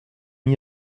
mis